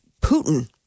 Putin